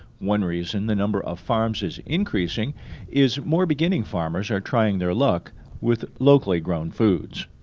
one reason the number of farms is increasing is more beginning farmers are trying their luck with locally-grown foods.